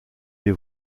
des